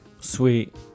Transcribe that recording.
Sweet